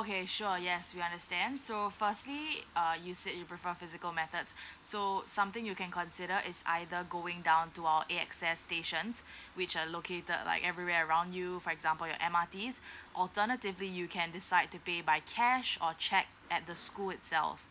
okay sure yes we understand so firstly uh you said you prefer physical methods so something you can consider is either going down to our a access stations which are located like everywhere around you for example your M_R_Ts alternatively you can decide to pay by cash or check at the school itself